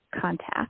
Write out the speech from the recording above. contact